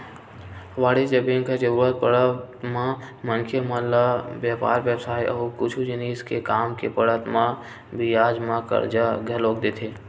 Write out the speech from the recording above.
वाणिज्य बेंक ह जरुरत पड़त म मनखे मन ल बेपार बेवसाय अउ कुछु जिनिस के काम के पड़त म बियाज म करजा घलोक देथे